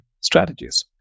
strategies